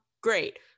Great